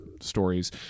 stories